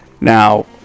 Now